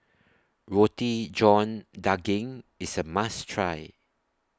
Roti John Daging IS A must Try